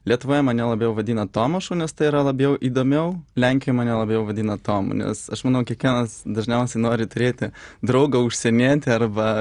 lietuvoje mane labiau vadina tomašu nes tai yra labiau įdomiau lenkijoj mane labiau vadina tomu nes aš manau kiekvienas dažniausiai nori turėti draugą užsienietį arba